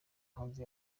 hanze